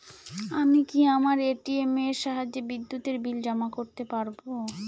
আমি কি আমার এ.টি.এম এর সাহায্যে বিদ্যুতের বিল জমা করতে পারব?